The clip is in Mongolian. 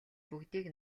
бүгдийг